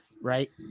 Right